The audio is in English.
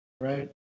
right